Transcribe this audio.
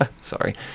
Sorry